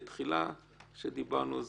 בתחילה כשדיברנו,